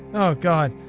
oh god.